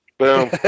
Boom